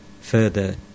Further